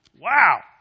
Wow